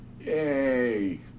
Yay